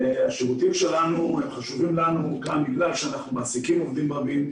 השירותים שלנו חשובים לנו גם כי אנחנו מעסיקים עובדים רבים,